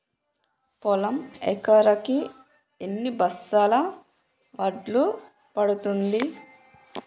పొలం ఎకరాకి ఎన్ని బస్తాల వడ్లు పండుతుంది?